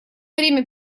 время